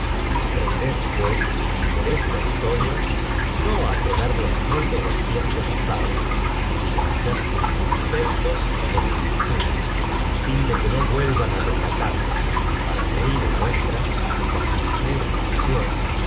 aprended pues por esta historia no á temer los frntos del tiempo pasado sino á ser circunspectos en el futuro á fin de que no vuelvan á desatarse para ruma nuestra las impuras pasiones